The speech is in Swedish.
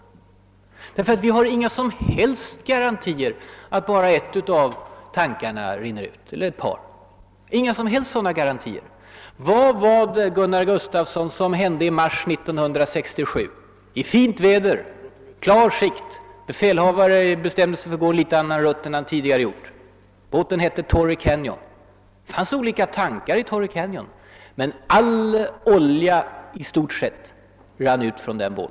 Vi har nämligen inga som helst garantier för att oljan rinner ut bara ur en eller ett par av tankarna. Vad var det som hände i mars 1967 i fint väder och klar sikt när befälhavaren på Torrey Canyon bestämde sig för att gå en litet annan rutt än man gjort tidigare? Det fanns olika tankar i Torrey Canyon, men i stort sett all olja rann ut.